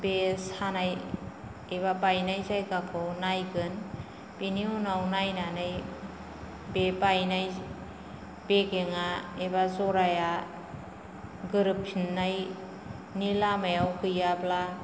बे सानाय एबा बायनाय जायगाखौ नायगोन बिनि उनाव नायनानै बे बायनाय बेगेङा एबा जराया गोरोबफिन्नायनि लामायाव गैयाब्ला